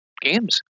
games